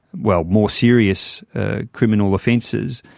well, more serious ah criminal offences.